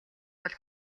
бол